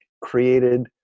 created